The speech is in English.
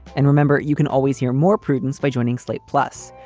and remember, you can always hear more prudence by joining slate. plus,